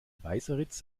weißeritz